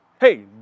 Hey